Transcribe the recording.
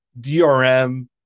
drm